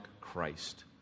Christ